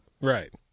Right